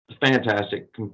Fantastic